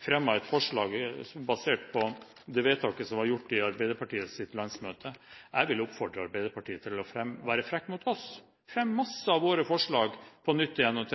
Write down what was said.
et forslag basert på det vedtaket som ble gjort på Arbeiderpartiets landsmøte. Jeg vil oppfordre Arbeiderpartiet til å være frekke mot oss og fremme mange av våre forslag på nytt og